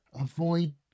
avoid